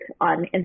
on